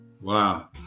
Wow